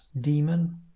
demon